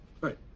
right